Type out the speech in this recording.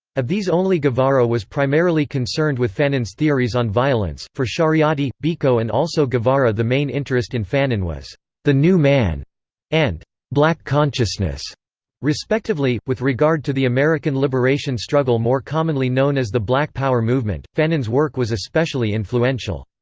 of these only guevara was primarily concerned with fanon's theories on violence for shariati, biko and also guevara the main interest in fanon was the new man and black consciousness respectively with regard to the american liberation struggle more commonly known as the black power movement, fanon's work was especially influential.